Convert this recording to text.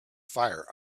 fire